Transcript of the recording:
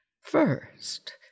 First